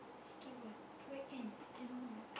skip what where can cannot what